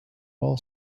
ball